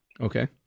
Okay